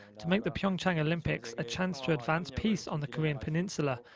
to make the pyeongchang olympics a chance to advance peace on the korean peninsula,